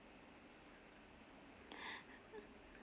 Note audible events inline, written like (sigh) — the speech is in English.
(breath)